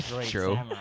True